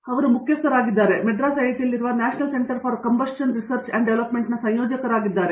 ಆದ್ದರಿಂದ ಅವರು ಮುಖ್ಯಸ್ಥರಾಗಿದ್ದಾರೆ ಅವರು ಮದ್ರಾಸ್ ಐಐಟಿಯಲ್ಲಿರುವ national centre for combustion research and ಡೆವಲಪ್ಮೆಂಟ್ನ ಸಂಯೋಜಕರಾಗಿದ್ದಾರೆ